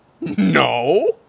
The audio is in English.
No